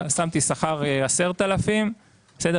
שמתי שכר 10,000. בסדר?